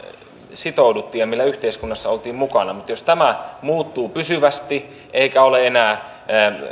sitouduttiin ja millä yhteiskunnassa oltiin mukana mutta jos tämä muuttuu pysyvästi eikä ole enää